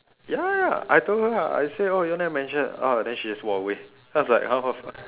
ya ya I told her ah I said oh you all never mentioned oh then she just walk away then I was like !huh! what the fuck